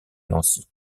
nancy